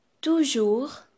toujours